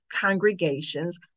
congregations